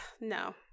no